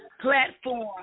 platform